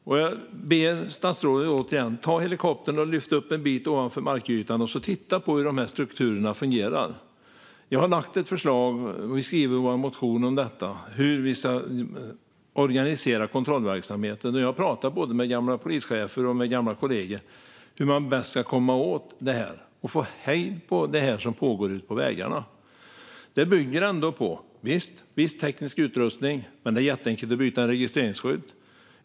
Jag ber återigen statsrådet att ta helikoptern en bit ovanför markytan och titta på hur dessa strukturer fungerar. Jag har lagt fram ett förslag, och vi skriver motioner om detta - hur vi ska organisera kontrollverksamheten. Jag pratar med både gamla polischefer och gamla kollegor om hur man bäst ska komma åt detta och få hejd på det som pågår ute på vägarna. Det bygger till viss del på teknisk utrustning. Men det är jätteenkelt att byta en registreringsskylt.